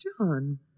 John